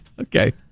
Okay